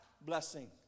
blessing